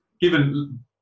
given